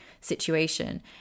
situation